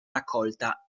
raccolta